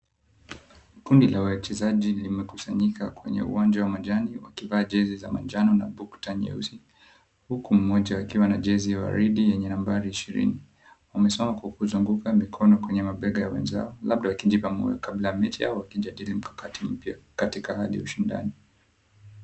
Kundi la wachezaj limekusanyika kwenye uwanja wa majani wakivaa jezi za mnajano na bukta nyeusi huku mmoja akiwa na jezi ya waridi yenye nambari ishirini. Wamesima kwa kuzunguka mikono kwenye mabega ya wenzao labda wakijipa moyo kabla ya ya mechi yao wakijadili mikakati mipya katika hali ya ushindani.